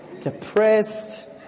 Depressed